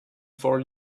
four